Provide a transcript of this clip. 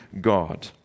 God